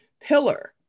pillar